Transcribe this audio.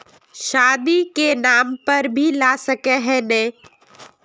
शादी के नाम पर भी ला सके है नय?